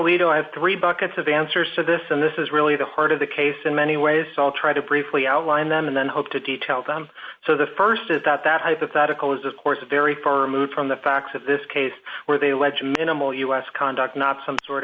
alito i have three buckets of answers to this and this is really the heart of the case in many ways so i'll try to briefly outline them and then hope to detail them so the st is that that hypothetical is of course a very firm move from the facts of this case where they lead to minimal u s conduct not some sort